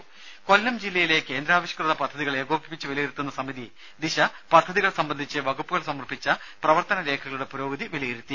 ദേദ കൊല്ലം ജില്ലയിലെ കേന്ദ്രാവിഷ്കൃത പദ്ധതികൾ ഏകോപിപ്പിച്ച് വിലയിരുത്തുന്ന സമിതി ദിശ പദ്ധതികൾ സംബന്ധിച്ച് വകുപ്പുകൾ സമർപ്പിച്ച പ്രവർത്തന രേഖകളുടെ പുരോഗതി വിലയിരുത്തി